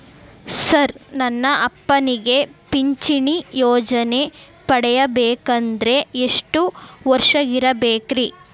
Sir ನನ್ನ ಅಪ್ಪನಿಗೆ ಪಿಂಚಿಣಿ ಯೋಜನೆ ಪಡೆಯಬೇಕಂದ್ರೆ ಎಷ್ಟು ವರ್ಷಾಗಿರಬೇಕ್ರಿ?